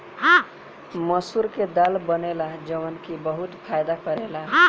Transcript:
मसूर के दाल बनेला जवन की बहुते फायदा करेला